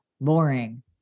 boring